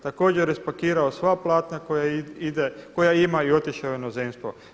Također je spakirao sva platna koja ima i otišao u inozemstvo.